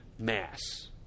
mass